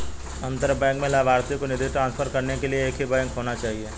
अंतर बैंक में लभार्थी को निधि ट्रांसफर करने के लिए एक ही बैंक होना चाहिए